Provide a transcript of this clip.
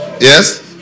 Yes